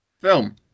Film